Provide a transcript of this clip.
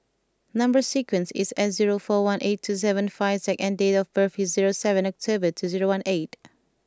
number sequence is S zero four one eight two seven five Z and date of birth is zero seven October two zero one eight